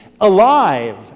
alive